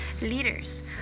Leaders